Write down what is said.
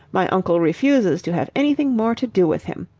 my uncle refuses to have anything more to do with him.